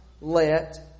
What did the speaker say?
let